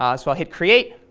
ah so i'll hit create,